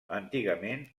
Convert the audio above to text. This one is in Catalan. antigament